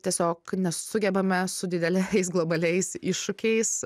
tiesiog nesugebame su dideliais globaliais iššūkiais